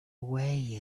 away